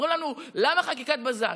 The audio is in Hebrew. אומרים לנו: למה בחקיקת בזק?